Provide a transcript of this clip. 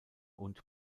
und